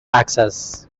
access